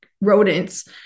rodents